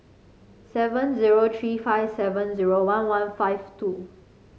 seven zero three five seven zero one one five two